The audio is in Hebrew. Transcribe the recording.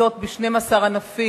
קבוצות ב-12 ענפים,